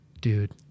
dude